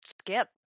skip